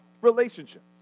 relationships